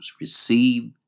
Receive